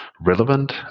relevant